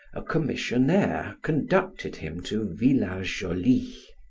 a commissionnaire conducted him to villa jolie.